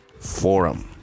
Forum